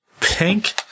pink